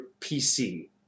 PC